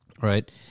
Right